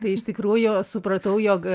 tai iš tikrųjų supratau jog